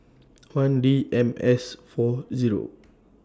one D M S four Zero